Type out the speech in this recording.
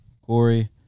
Corey